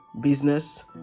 Business